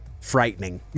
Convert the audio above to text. frightening